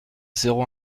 zéro